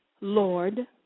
Lord